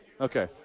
Okay